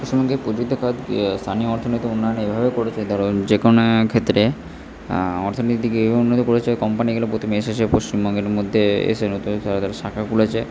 পশ্চিমবঙ্গে প্রতিটা কাজ স্থানীয় অর্থনীতি উন্নয়ন এভাবে করেছে ধরো যে কোন ক্ষেত্রে অর্থনীতিকে এভাবে উন্নত করেছে কোম্পানিগুলো প্রথমে এসে এসে পশ্চিমবঙ্গের মধ্যে এসে নতুন শাখা খুলেছে